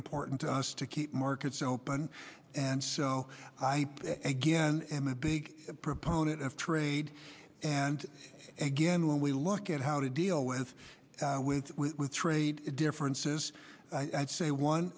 important to us to keep markets open and so i again am a big proponent of trade and again when we look at how to deal with with trade differences i'd say one